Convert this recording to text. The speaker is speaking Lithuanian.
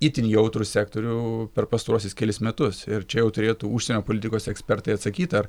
itin jautrų sektorių per pastaruosius kelis metus ir čia jau turėtų užsienio politikos ekspertai atsakyt ar